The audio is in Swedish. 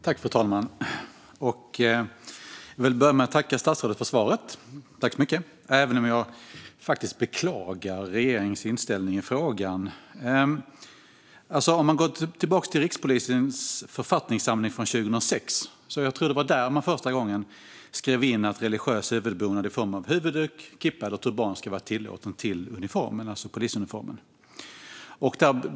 Fru talman! Jag vill börja med att tacka statsrådet så mycket för svaret, även om jag beklagar regeringens inställning i frågan. Låt oss gå tillbaka till Rikspolisens författningssamling från 2006. Jag tror att det var där man första gången skrev in att religiösa huvudbonader i form av huvudduk, kippa eller turban ska vara tillåtna till polisuniformen.